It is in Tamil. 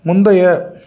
முந்தைய